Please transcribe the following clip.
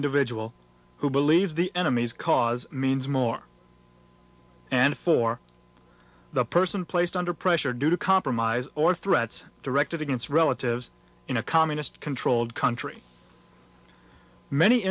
individual who believes the enemy's cause means more and for the person placed under pressure due to compromise or threats directed against relatives in a communist controlled country many